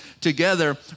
together